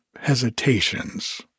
hesitations